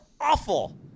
awful